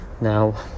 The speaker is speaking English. Now